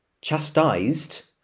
chastised